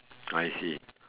I see